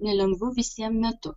nelengvu visiem metu